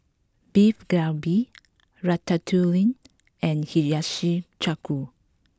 Beef Galbi Ratatouille and Hiyashi Chuka